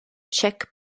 czech